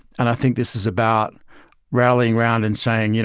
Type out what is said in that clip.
and i think this is about rallying around and saying, yeah